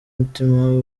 umutima